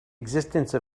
existence